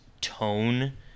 tone